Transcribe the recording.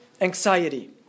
anxiety